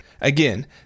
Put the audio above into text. Again